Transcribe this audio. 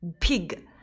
Pig